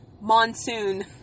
monsoon